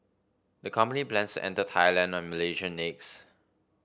the company plans to enter Thailand and Malaysia next